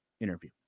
interview